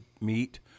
meet